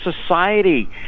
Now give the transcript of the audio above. society